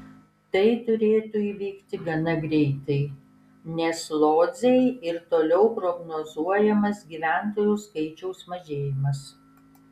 tai turėtų įvykti gana greitai nes lodzei ir toliau prognozuojamas gyventojų skaičiaus mažėjimas